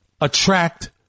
attract